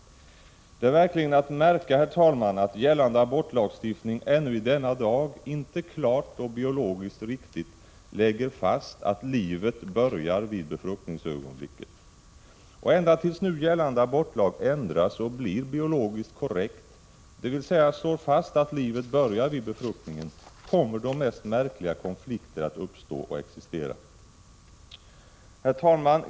Det är verkligen att märka att gällande abortlagstiftning ännu i denna dag inte klart och biologiskt riktigt lägger fast att livet börjar vid befruktningsögonblicket. Ända tills nu gällande abortlag ändras och blir biologiskt korrekt, dvs. slår fast att livet börjar vid befruktningen, kommer de mest märkliga konflikter att uppstå och existera. Herr talman!